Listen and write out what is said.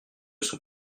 sont